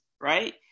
right